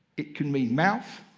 it can mean mouth.